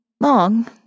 long